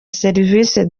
serivisi